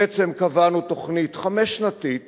בעצם קבענו תוכנית חמש-שנתית